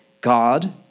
God